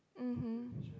mmhmm